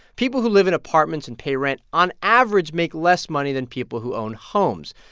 people who live in apartments and pay rent on average make less money than people who own homes.